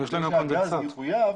כשהגז יחויב.